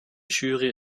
jury